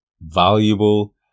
valuable